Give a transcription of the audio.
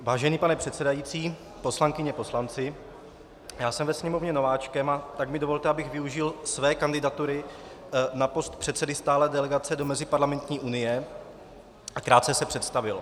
Vážený pane předsedající, poslankyně, poslanci, já jsem ve Sněmovně nováčkem, a tak mi dovolte, abych využil své kandidatury na post předsedy stálé delegace do Meziparlamentní unie a krátce se představil.